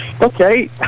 okay